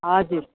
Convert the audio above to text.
हजुर